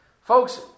Folks